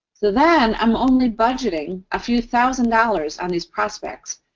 so then, i'm only budgeting a few thousand dollars on these prospects,